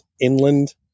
inland